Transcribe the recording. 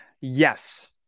Yes